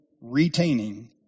retaining